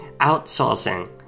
outsourcing